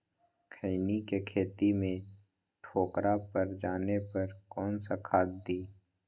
खैनी के खेत में ठोकरा पर जाने पर कौन सा खाद दी?